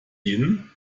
dienen